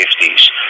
safeties